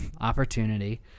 opportunity